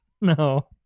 No